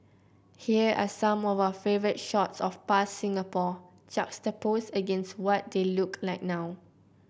here are some of our favourite shots of past Singapore juxtaposed against what they look like now